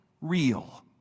Real